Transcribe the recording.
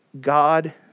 God